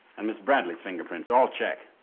and miss bradley's fingerprints. all check.